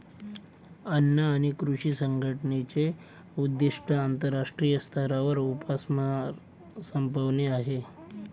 अन्न आणि कृषी संघटनेचे उद्दिष्ट आंतरराष्ट्रीय स्तरावर उपासमार संपवणे आहे